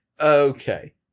okay